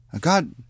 God